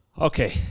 Okay